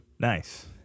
Nice